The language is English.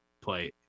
play